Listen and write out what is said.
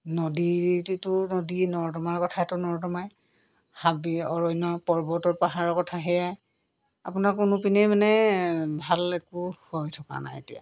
নদীটোতো নদী নৰ্দমাৰ কথাটো নৰ্দমাই হাবি অৰণ্য পৰ্বতৰ পাহাৰৰ কথা সেয়াই আপোনাৰ কোনোপিনেই মানে ভাল একো হৈ থকা নাই এতিয়া